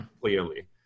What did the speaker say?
clearly